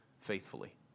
faithfully